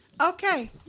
Okay